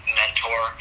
mentor